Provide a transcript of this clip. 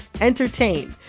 entertain